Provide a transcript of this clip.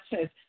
says